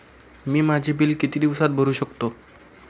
मी माझे बिल किती दिवसांत भरू शकतो?